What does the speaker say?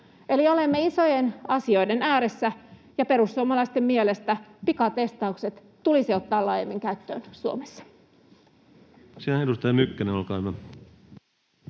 olemme isojen asioiden ääressä, ja perussuomalaisten mielestä pikatestaukset tulisi ottaa laajemmin käyttöön Suomessa.